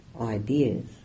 ideas